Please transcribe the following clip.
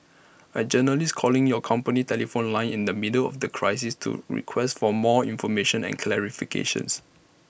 A journalist calling your company telephone line in the middle of A crisis to request for more information and clarifications